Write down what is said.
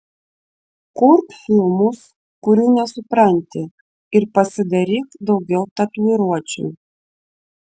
kurk filmus kurių nesupranti ir pasidaryk daugiau tatuiruočių